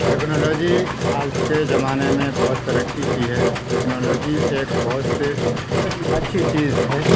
technology آج کے زمانے میں بہت ترقی کی ہے ٹیکنالوجی ایک بہت اچھی چیز ہے